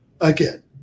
again